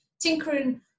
tinkering